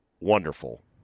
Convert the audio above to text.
wonderful